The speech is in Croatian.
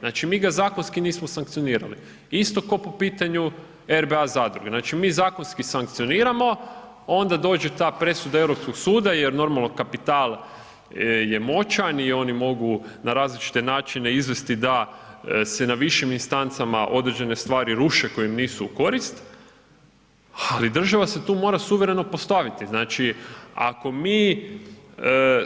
Znači, mi ga zakonski nismo sankcionirali, isto ko po pitanju RBA zadruge, znači mi zakonski sankcioniramo, onda dođe ta presuda Europskog suda jer normalno kapital je moćan i oni mogu na različite načine izvesti da se na višim instancama određene stvari ruše koje im nisu u korist, ali država se tu mora suvereno postaviti, znači ako mi